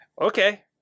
Okay